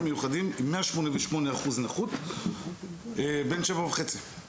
מיוחדים עם 188 אחוזי נכות בן שבע וחצי.